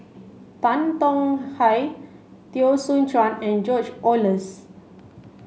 Tan Tong Hye Teo Soon Chuan and George Oehlers